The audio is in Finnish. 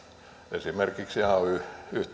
esimerkiksi ay